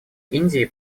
индии